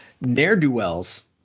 ne'er-do-wells